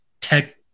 tech